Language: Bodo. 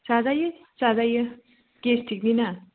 जाजायो जाजायो गेसट्रिकनि ना